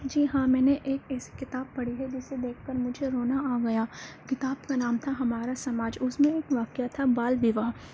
جی ہاں میں نے ایک ایسی کتاب پڑھی ہے جسے دیکھ کر مجھے رونا آ گیا کتاب کا نام تھا ہمارا سماج اس میں ایک واقعہ تھا بال وواہ